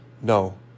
No